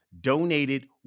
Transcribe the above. donated